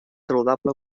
saludable